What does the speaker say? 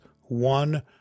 one